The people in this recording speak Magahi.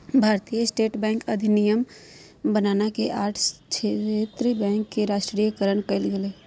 भारतीय स्टेट बैंक अधिनियम बनना के आठ क्षेत्र बैंक के राष्ट्रीयकरण कइल गेलय